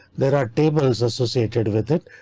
there are tables associated with it.